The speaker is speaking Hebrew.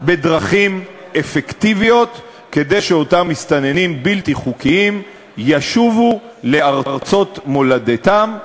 דרכים אפקטיביות כדי שאותם מסתננים בלתי-חוקיים ישובו לארצות מולדתם,